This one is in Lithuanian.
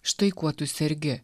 štai kuo tu sergi